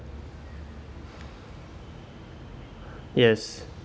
yes